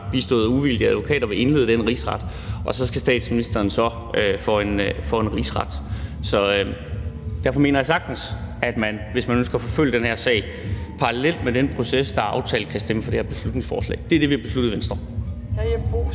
bistået af uvildige advokater vil indlede den rigsret. Og så skal statsministeren for en rigsret. Derfor mener jeg sagtens, at man, hvis man ønsker at forfølge den her sag, parallelt med den proces, der er aftalt, kan stemme for det her beslutningsforslag. Det er det, vi har besluttet i Venstre.